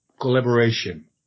collaboration